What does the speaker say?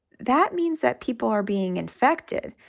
that means that people are being infected.